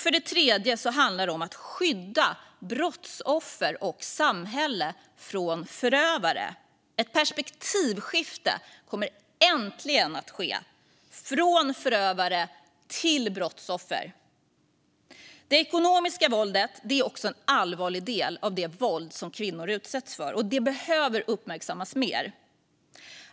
För det tredje handlar det om att skydda brottsoffer och samhälle från förövare. Ett perspektivskifte kommer äntligen att ske - från förövare till brottsoffer. Det ekonomiska våldet är också en allvarlig del av det våld som kvinnor utsätts för, och det behöver uppmärksammas mer.